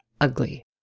ugly